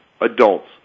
adults